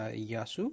Yasu